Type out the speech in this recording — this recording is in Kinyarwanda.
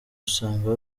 usanga